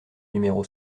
numéro